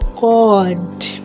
God